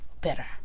better